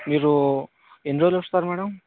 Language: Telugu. మీరు ఎన్ని రోజుల్లో వస్తారు మ్యాడం